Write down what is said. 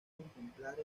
contemplar